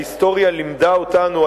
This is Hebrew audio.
ההיסטוריה לימדה אותנו,